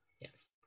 yes